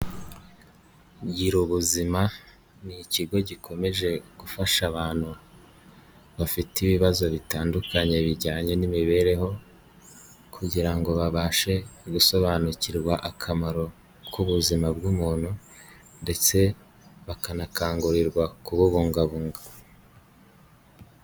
Girubuzima ni ikigo gikomeje gufasha abantu bafite ibibazo bitandukanye bijyanye n'imibereho kugira ngo babashe gusobanukirwa akamaro k'ubuzima bw'umuntu ndetse bakanakangurirwa kububungabunga.